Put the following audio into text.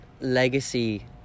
legacy